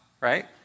right